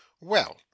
Well